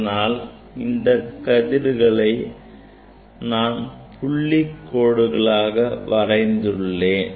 அதனால்தான் இந்த கதிர்களை நான் புள்ளிக்கோடாக வரைந்துள்ளேன்